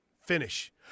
finish